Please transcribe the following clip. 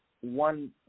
one